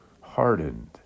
hardened